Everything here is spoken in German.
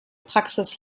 praxis